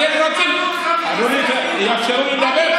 אתם רוצים, לא סיימתי, אדוני, שיאפשרו לי לדבר.